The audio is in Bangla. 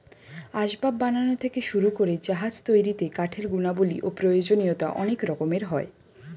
আসবাব বানানো থেকে শুরু করে জাহাজ তৈরিতে কাঠের গুণাবলী ও প্রয়োজনীয়তা অনেক রকমের হয়